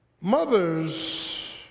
Mothers